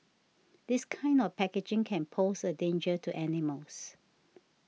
this kind of packaging can pose a danger to animals